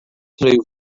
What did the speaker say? rhyw